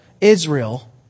Israel